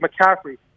McCaffrey